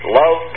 love